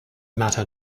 matter